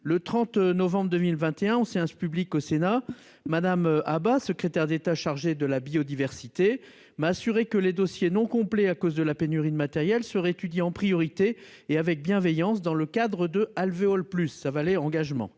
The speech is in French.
Le 30 novembre 2021 en séance publique au Sénat. Madame bah secrétaire d'État chargée de la biodiversité m'assurer que les dossiers non complet à cause de la pénurie de matériel seraient étudiée en priorité et avec bienveillance, dans le cadre de alvéoles plus ça valait engagement